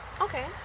okay